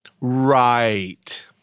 Right